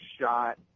shot